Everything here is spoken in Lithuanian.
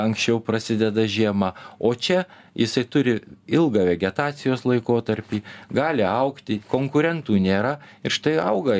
anksčiau prasideda žiema o čia jisai turi ilgą vegetacijos laikotarpį gali augti konkurentų nėra ir štai auga